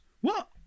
What